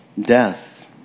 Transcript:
death